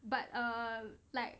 but err like